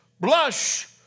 Blush